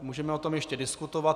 Můžeme o tom ještě diskutovat.